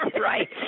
right